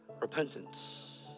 repentance